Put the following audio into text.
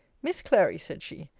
miss clary, said she,